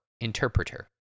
Interpreter